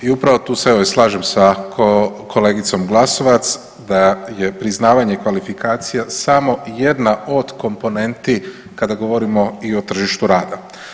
I upravo tu se evo i slažem sa kolegicom Glasovac da je priznavanje kvalifikacija samo jedna od komponenti kada govorimo i o tržištu rada.